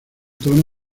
tono